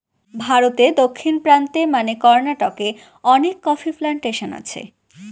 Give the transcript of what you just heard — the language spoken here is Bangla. ভারতে দক্ষিণ প্রান্তে মানে কর্নাটকে অনেক কফি প্লানটেশন আছে